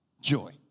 joy